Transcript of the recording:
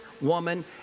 woman